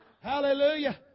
Hallelujah